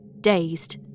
dazed